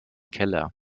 keller